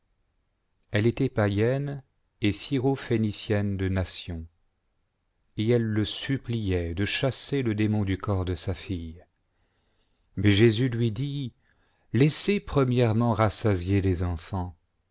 elle était païenne et sy rophénicienne de nation et elle le suppliait de chasser le démon du corps de sa fille mais jésus lui dit laissez premièrement rassasier les enfants